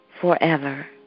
forever